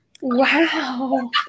Wow